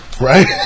right